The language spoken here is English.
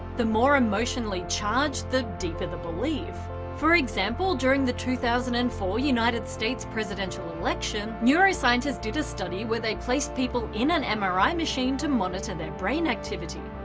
the more emotionally charged, the deeper the belief for example during the two thousand and four united states presidential election neuroscientists did a study where they placed people in an mri machine to monitor their brain activity.